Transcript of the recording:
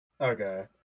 Okay